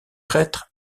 prêtre